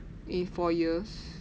in four years